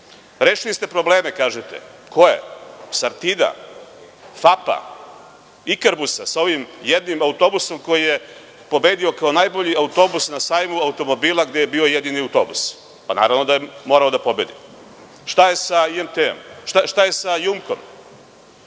meseci. Rešili ste probleme, kažete. Koje, „Sartida“, FAP-a, „Ikarbus-a“ sa ovim jednim autobusom koji je pobedio kao najbolji autobus na sajmu automobila gde je bio jedini autobus? Naravno da je morao da pobedi? Šta je sa IMT-om, šta je sa